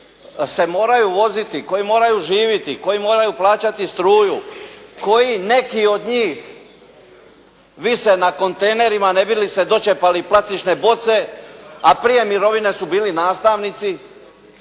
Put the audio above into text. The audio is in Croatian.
koji se moraju voziti, koji moraju živjeti, koji moraju plaćati struju, koji neki od njih vise na kontejnerima ne bi li se dočepali plastične boce, a prije mirovine su bili nastavnici.